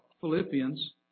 Philippians